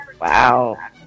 Wow